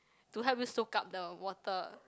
to help you soak up the water